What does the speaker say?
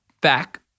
back